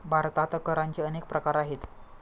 भारतात करांचे अनेक प्रकार आहेत